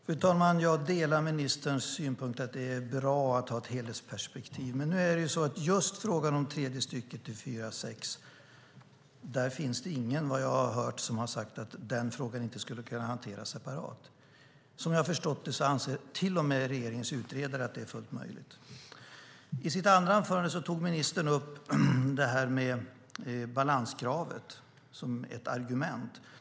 Fru talman! Jag delar ministerns synpunkt att det är bra att ha ett helhetsperspektiv. Men just när det gäller frågan om tredje stycket i 4 kap. 6 § finns det ingen, vad jag har hört, som har sagt att den inte skulle kunna hanteras separat. Som jag har förstått det anser till och med regeringens utredare att det är fullt möjligt. I sitt andra anförande tog ministern upp balanskravet som ett argument.